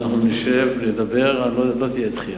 אז תהיה דחייה?